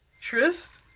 Trist